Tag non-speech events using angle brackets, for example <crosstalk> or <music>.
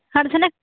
ᱟᱨ <unintelligible> ᱡᱟᱦᱟᱱᱟᱜ